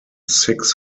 six